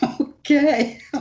Okay